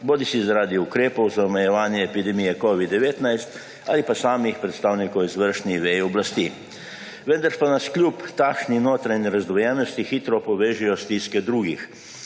bodisi zaradi ukrepov za omejevanje epidemije covid-19 ali pa samih predstavnikov izvršnih vej oblasti, vendar pa nas kljub takšni notranji razdvojenosti hitro povežejo stiske drugih.